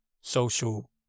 social